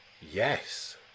yes